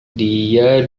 dia